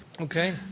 okay